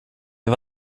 det